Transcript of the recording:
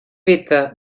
feta